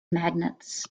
magnets